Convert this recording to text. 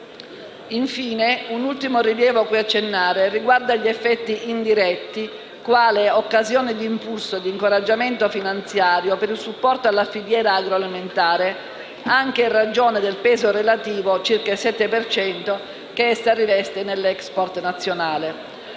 Infine, un ultimo rilievo cui accennare riguarda gli effetti indiretti quale occasione di impulso e incoraggiamento finanziario per il supporto alla filiera agroalimentare, anche in ragione del peso relativo (circa il 7 per cento) che essa riveste nell'*export* nazionale.